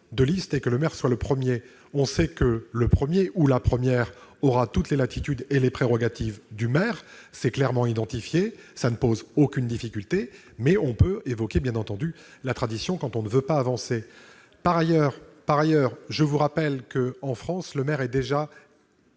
de liste et que le maire soit le premier va changer ? On sait que le premier ou la première aura toute la latitude et les prérogatives du maire. C'est clairement identifié, et cela ne pose aucune difficulté, mais il est toujours facile d'invoquer la tradition quand on ne veut pas avancer. Par ailleurs, je vous rappelle qu'en France le maire est déjà